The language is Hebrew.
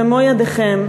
במו-ידיכם,